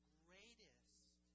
greatest